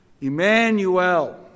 Emmanuel